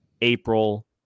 April